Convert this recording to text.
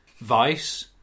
Vice